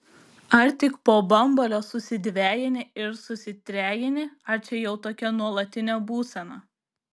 ar tik po bambalio susidvejini ir susitrejini ar čia jau tokia nuolatinė būsena